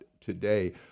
today